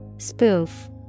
Spoof